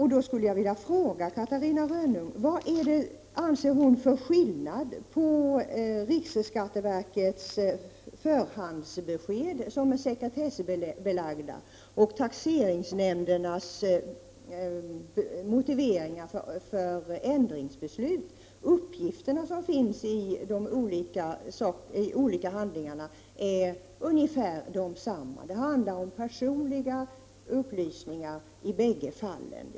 Jag skulle vilja fråga Catarina Rönnung vad hon anser att det är för skillnad mellan riksskatteverkets förhandsbesked, som är sekretessbelagda, och taxeringsnämndernas motiveringar för ändringsbeslut. Uppgifterna som finns i de olika handlingarna är ungefär desamma. Det handlar i bägge fallen om upplysningar om personliga förhållanden.